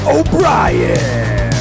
O'Brien